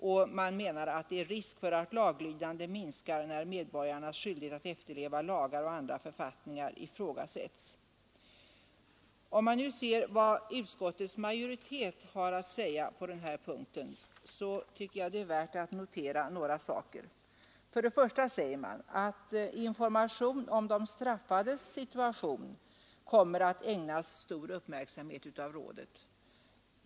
Kritiken menar att det är risk för att laglydnaden minskar när medborgarnas skyldighet att Om man nu ser vad utskottets majoritet har att säga på den här Onsdagen den punkten så tycker jag att det är värt att notera några saker. För det första 8 maj 1974 sägs att information om de straffades situation kommer att ägnas stor uppmärksamhet av rådet.